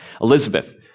Elizabeth